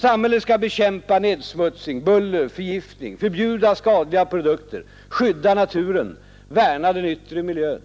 Samhället skall bekämpa nedsmutsning, buller, förgiftning, förbjuda skadliga produkter, skydda naturen, värna den yttre miljön.